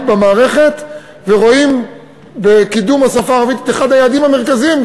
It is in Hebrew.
במערכת ורואים בקידום השפה הערבית את אחד היעדים המרכזיים,